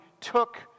took